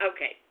Okay